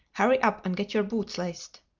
hurry up and get your boots laced.